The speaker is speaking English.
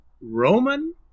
Roman